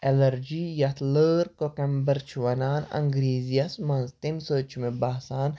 allergy یَتھ لٲر cucumber چھِ وَنان انگریزِیَس منٛز تمہِ سۭتۍ چھُ مےٚ باسان